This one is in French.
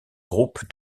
groupe